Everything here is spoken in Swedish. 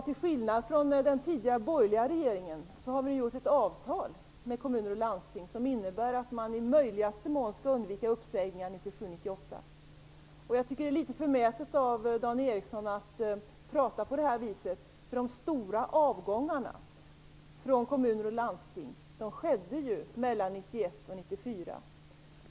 Till skillnad från den tidigare borgerliga regeringen har vi gjort ett avtal med kommuner och landsting som innebär att man i möjligaste mån skall undvika uppsägningar under 1997 och 1998. Jag tycker att det är litet förmätet av Dan Ericsson att prata på det här viset. De stora avgångarna från kommuner och landsting skedde nämligen mellan 1991 och 1994.